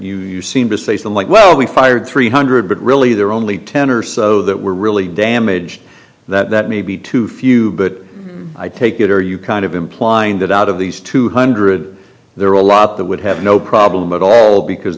argument you seem to say to like well we fired three hundred but really they're only ten or so that were really damage that may be too few but i take it are you kind of implying that out of these two hundred there are a lot that would have no problem at all because